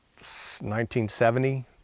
1970